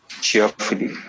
cheerfully